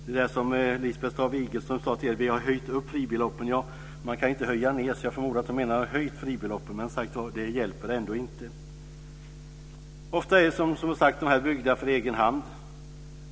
Lisbeth Staaf Igelström talade om att fribeloppen har höjts. Men det hjälper ändå inte. Ofta är de här husen, som sagt, byggda för egen hand.